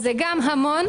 זה גם המון.